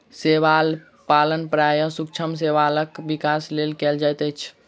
शैवाल पालन प्रायः सूक्ष्म शैवालक विकासक लेल कयल जाइत अछि